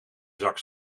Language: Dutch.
zak